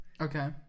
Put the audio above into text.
Okay